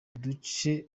uduce